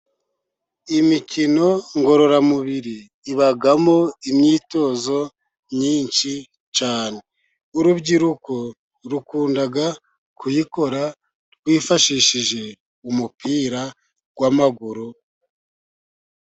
Imikino ngororamubiri ibamo imyitozo myinshi cyane. Urubyiruko rukunda kuyikora rwifashishije umupira w'amaguru.